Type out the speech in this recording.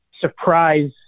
surprise